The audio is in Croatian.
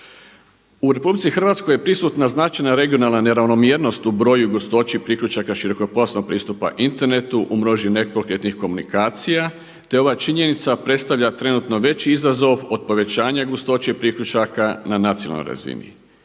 u državni proračun. U RH prisutna je značajna regionalna neravnomjernost u broju i gustoći priključaka širokopojasnog pristupa internetu u … komunikacija te ova činjenica predstavlja trenutno veći izazov od povećanja gustoće priključaka na nacionalnoj razini.